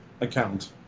account